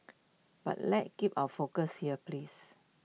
but let's keep our focus here please